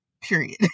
period